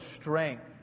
strength